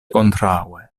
kontraŭe